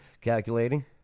Calculating